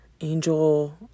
Angel